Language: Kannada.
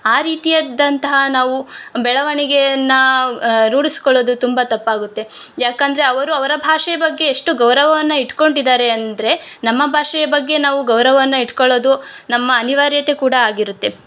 ಆ ರೀತಿಯದಂತಹ ನಾವು ಬೆಳವಣಿಗೆಯನ್ನು ರೂಢಿಸ್ಕೊಳ್ಳೋದು ತುಂಬ ತಪ್ಪಾಗುತ್ತೆ ಯಾಕಂದ್ರೆ ಅವರು ಅವರ ಭಾಷೆಯ ಬಗ್ಗೆ ಎಷ್ಟು ಗೌರವವನ್ನು ಇಟ್ಕೊಂಡಿದಾರೆ ಅಂದರೆ ನಮ್ಮ ಭಾಷೆಯ ಬಗ್ಗೆ ನಾವು ಗೌರವನ್ನು ಇಟ್ಕೋಳೋದು ನಮ್ಮ ಅನಿವಾರ್ಯತೆ ಕೂಡ ಆಗಿರುತ್ತೆ